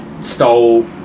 stole